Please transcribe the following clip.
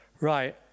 Right